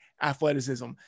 Athleticism